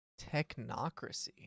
Technocracy